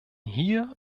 hier